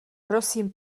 prosím